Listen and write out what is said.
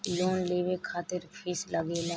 Loan लेवे खातिर fees लागेला?